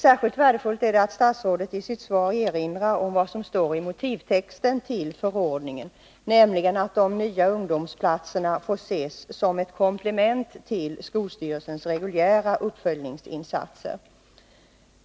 Särskilt värdefullt är det att statsrådet i sitt svar erinrar om vad som står i motivtexten till förordningen, nämligen att de nya ungdomsplatserna får ses som ett komplement till skolstyrelsens reguljära uppföljningsinsatser.